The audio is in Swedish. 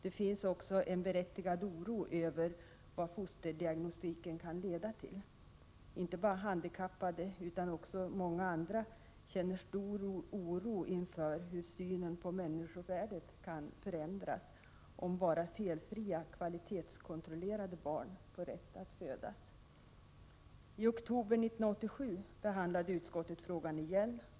Det finns också en berättigad oro över vad fosterdiagnostiken kan leda till. Inte bara handikappade utan också många andra känner stor oro inför hur synen på människovärdet kan förändras, om bara ”felfria”, kvalitetskontrollerade barn får rätt att födas. I oktober 1987 behandlade utskottet frågan igen.